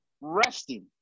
resting